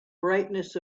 brightness